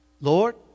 Lord